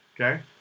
Okay